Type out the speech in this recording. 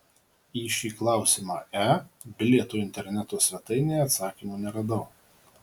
į šį klausimą e bilieto interneto svetainėje atsakymų neradau